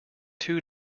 two